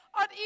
on